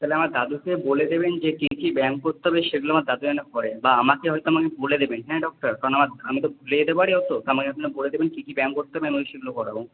তাহলে আমার দাদুকে বলে দেবেন যে কী কী ব্যায়াম করতে হবে সেগুলো আমার দাদু যেন করে বা আমাকে বলে দেবেন হ্যাঁ ডক্টর কারণ আমার আমি তো ভুলে যেতে পারি অত আপনি আমাকে বলে দেবেন কী কী ব্যায়াম করতে হবে আমি সেগুলো করাবো